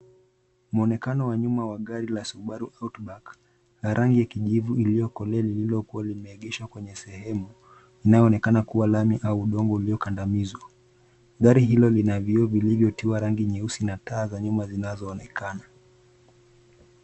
Mwonekano wa nyuma wa gari la Subaru Outback ya rangi ya kijivu iliyokolea lililokuwa limeegeshwa kwenye sehemu inayoonekana kuwa lami au udongo uliokandamizwa. Gari hilo lina vioo vilvyotiwa rangi nyeusi na taa za nyuma zinazoonekana.